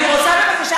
אני רוצה,